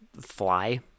fly